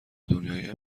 دنیای